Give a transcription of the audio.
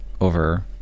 over